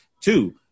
two